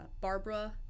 Barbara